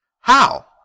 How